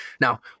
Now